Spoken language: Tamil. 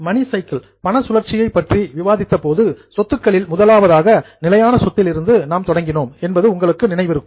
மணி சைக்கிள் பண சுழற்சியைப் பற்றி விவாதித்த போது சொத்துக்களில் முதலாவதாக நிலையான சொத்திலிருந்து நாம் தொடங்கினோம் என்பது உங்களுக்கு நினைவிருக்கும்